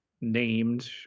named